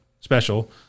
special